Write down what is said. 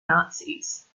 nazis